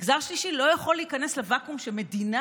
מגזר שלישי לא יכול להיכנס לווקום כשמדינה